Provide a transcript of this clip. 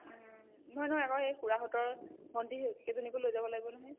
ওম নহয় নহয় আকৌ এই খুৰাহঁতৰ ভণ্টিকেইজনীকো লৈ যাব লাগিব নহয়